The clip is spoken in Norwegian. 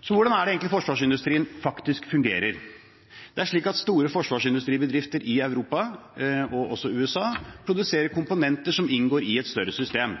Så hvordan er det egentlig forsvarsindustrien faktisk fungerer? Det er slik at store forsvarsindustribedrifter i Europa, og også i USA, produserer komponenter som inngår i et større system.